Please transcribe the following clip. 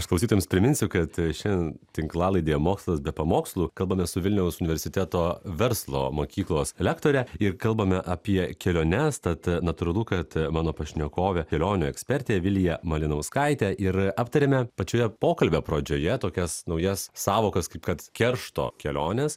aš klausytiems priminsiu kad šiandien tinklalaidėje mokslas be pamokslų kalbamės su vilniaus universiteto verslo mokyklos lektore ir kalbame apie keliones tad natūralu kad mano pašnekovė kelionių ekspertė vilija malinauskaitė ir aptarėme pačioje pokalbio pradžioje tokias naujas sąvokas kaip kad keršto kelionės